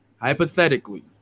Hypothetically